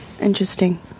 Interesting